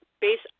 based